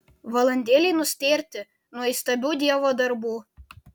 valandėlei nustėrti nuo įstabių dievo darbų